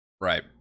Right